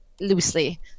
loosely